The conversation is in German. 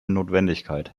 notwendigkeit